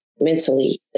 mentally